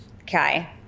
Okay